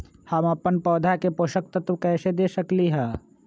हम अपन पौधा के पोषक तत्व कैसे दे सकली ह?